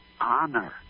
honor